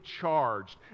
charged